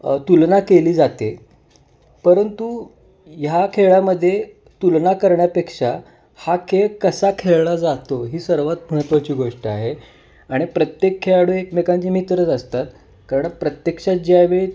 तुलना केली जाते परंतु ह्या खेळामध्ये तुलना करण्यापेक्षा हा खेळ कसा खेळला जातो ही सर्वात महत्वाची गोष्ट आहे आणि प्रत्येक खेळाडू एकमेकांचे मित्रच असतात कारण प्रत्यक्षात ज्यावे